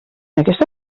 aquesta